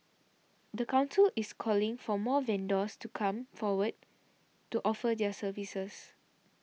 the council is calling for more vendors to come forward to offer their services